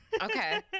Okay